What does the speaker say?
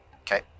Okay